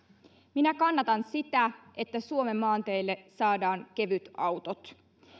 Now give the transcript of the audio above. minä kannatan sitä että suomen maanteille saadaan kevytautot